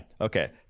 Okay